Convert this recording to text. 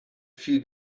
viel